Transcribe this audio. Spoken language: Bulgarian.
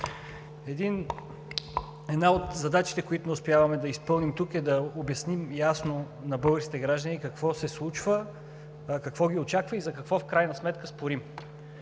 Една от задачите, която не успяваме да изпълним тук, е да обясним ясно на българските граждани какво се случва, какво ги очаква и за какво в крайна сметка спорим